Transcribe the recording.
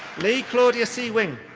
lee claudia si wing.